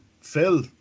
Phil